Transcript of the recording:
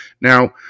Now